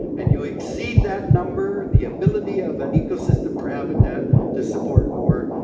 and you exceed that number, the ability of an ecosystem or habitat to support more,